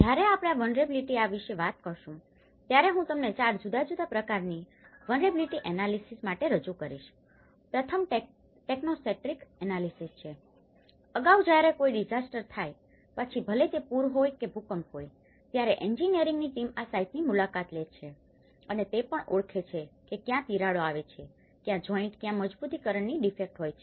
જ્યારે આપણે ત્યાં વલ્નરેબીલીટી ઓ વિશે વાત કરીશું ત્યારે હું તમને ચાર જુદા જુદા પ્રકારની વલ્નરેબીલીટી એનાલીસીસ માટે રજૂ કરીશ પ્રથમ ટેકનો સેન્ટ્રીક એનાલીસીસ છે અગાઉ જ્યારે કોઈ ડીઝાસ્ટર થાય પછી ભલે તે પૂર હોય કે ભૂકંપ હોય ત્યારે એન્જિનિયરની ટીમ આ સાઇટની મુલાકાત લે છે અને તે પણ ઓળખે છે કે ક્યાં તિરાડો આવે છે ક્યાં જોઈન્ટ ક્યાં મજબૂતીકરણની ડીફેક્ટ હોય છે